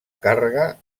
càrrega